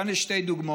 כאן יש שתי דוגמאות,